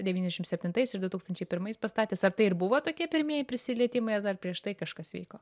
devyniasdešimt septintais ir du tūkstančiai pirmais pastatęs ar tai ir buvo tokie pirmieji prisilietimai ar dar prieš tai kažkas vyko